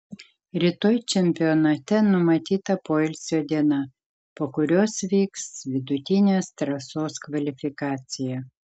rytoj čempionate numatyta poilsio diena po kurios vyks vidutinės trasos kvalifikacija